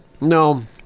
no